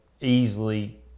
easily